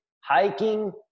hiking